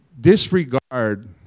disregard